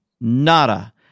nada